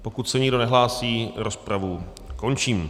Pokud se nikdo nehlásí, rozpravu končím.